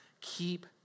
keep